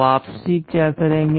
वापसी क्या करेंगे